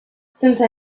since